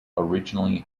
originally